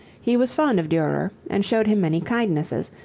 he was fond of durer and showed him many kindnesses,